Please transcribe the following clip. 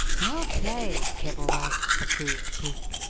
well played, kibblewhite! approved cleek.